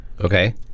Okay